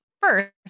first